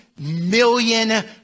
million